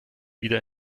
wieder